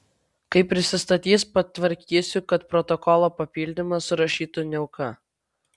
kai prisistatys patvarkysiu kad protokolo papildymą surašytų niauka